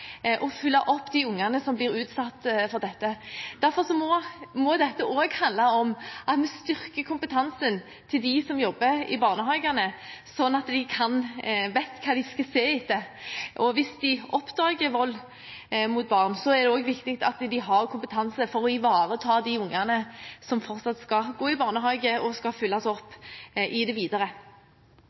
og følge opp de ungene som blir utsatt for dette. Derfor må dette også handle om at vi styrker kompetansen til dem som jobber i barnehagene, sånn at de vet hva de skal se etter. Hvis de oppdager vold mot barn, er det også viktig at de har kompetanse til å ivareta de ungene som fortsatt skal gå i barnehage, og skal følges opp i det videre.